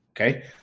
okay